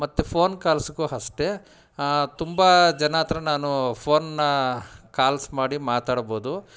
ಮತ್ತು ಫೋನ್ ಕಾಲ್ಸ್ಗೂ ಅಷ್ಟೆ ತುಂಬ ಜನರ ಹತ್ತಿರ ನಾನು ಫೋನನ್ನ ಕಾಲ್ಸ್ ಮಾಡಿ ಮಾತಾಡ್ಬೋದು